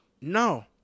No